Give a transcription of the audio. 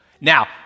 Now